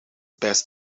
best